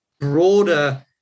broader